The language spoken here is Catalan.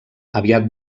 aviat